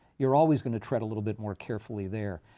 you're always going to tread a little bit more carefully there.